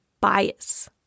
bias